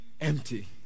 empty